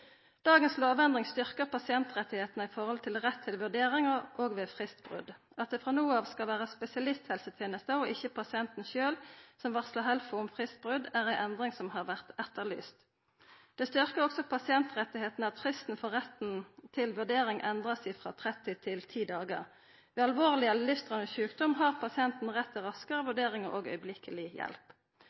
Dagens lovendring styrkjer pasientrettane i forhold til rett til vurdering, òg ved fristbrot. At det frå no av skal vera spesialisthelsetenesta og ikkje pasienten sjølv som varslar HELFO om fristbrot, er ei endring som har vore etterlyst. Det styrkjer òg pasientrettane at fristen for retten til vurdering vert endra frå 30 til 10 dagar. Ved alvorleg eller livstruande sjukdom har pasienten rett til raskare vurdering og akutt hjelp.